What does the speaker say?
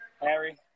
Harry